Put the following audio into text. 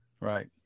right